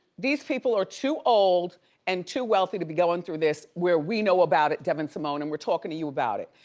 these people are too old and too wealthy to be going through this, where we know about it, devyn simone, and we're talking to you about it.